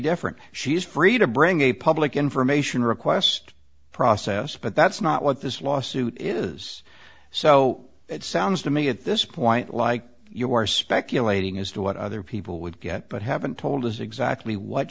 different she's free to bring a public information request process but that's not what this lawsuit is so it sounds to me at this point like you are speculating as to what other people would get but haven't told us exactly what